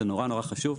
זה נורא-נורא חשוב.